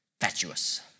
fatuous